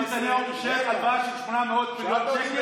במאי 2020 ביבי נתניהו אישר הלוואה של 800 מיליון שקל,